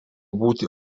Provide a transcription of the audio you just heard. būti